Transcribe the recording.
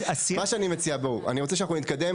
מה שאני מציע, בואו, אני רוצה שאנחנו נתקדם.